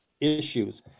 issues